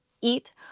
eat